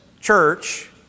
church